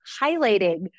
highlighting